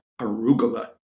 arugula